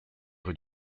rues